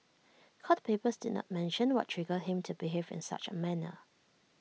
court papers did not mention what triggered him to behave in such A manner